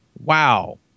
wow